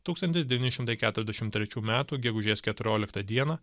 tūkstantis devyni šimtai keturiasdešimt trečių metų gegužės keturioliktą dieną